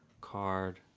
card